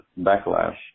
backlash